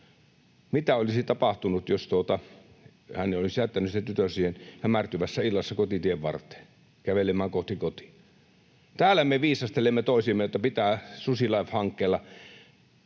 Mitä olisi tapahtunut, jos hän olisi jättänyt sen tytön siihen hämärtyvässä illassa, kotitien varteen kävelemään kohti kotia? Täällä me viisastelemme toisillemme, että pitää SusiLIFE-hankkeella